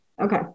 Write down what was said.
okay